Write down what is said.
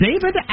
David